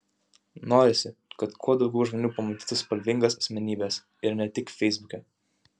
norisi kad kuo daugiau žmonių pamatytų spalvingas asmenybes ir ne tik feisbuke